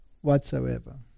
whatsoever